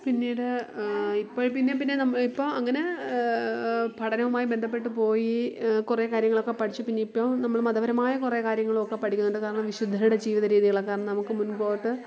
പിന്നീട് ഇപ്പം പിന്നെപ്പിന്നെ നം ഇപ്പം അങ്ങനെ പഠനവുമായി ബന്ധപ്പെട്ടു പോയി കുറേ കാര്യങ്ങളൊക്കെ പഠിച്ചു പിന്നെ ഇപ്പം നമ്മൾ മതപരമായ കുറേ കാര്യങ്ങളുമൊക്കെ പഠിക്കുന്നുണ്ട് കാരണം വിശുദ്ധരുടെ ജീവിത രീതികൾ കാരണം നമുക്ക് മുൻപോട്ട്